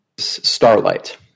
starlight